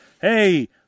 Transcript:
Hey